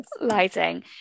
Lighting